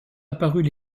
apparus